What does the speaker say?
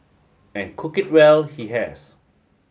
and cook it well he has